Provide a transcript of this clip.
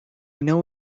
know